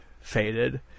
faded